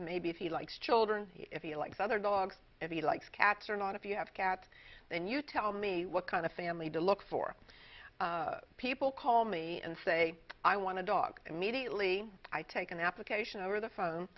maybe if he likes children if he likes other dogs if he likes cats or not if you have cat and you tell me what kind of family to look for people call me and say i want to dog immediately i take an application over the phone